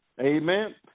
Amen